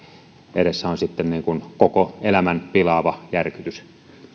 edessä on sitten koko elämän pilaava järkytys